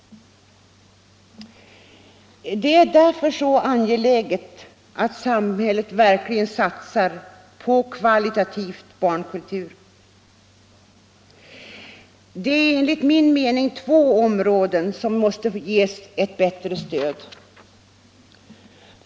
Det är därför angeläget att samhället satsar på verkligt kvalitativ barnkultur. Det är enligt min mening två områden som måste ges ett bättre stöd här.